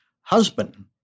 husband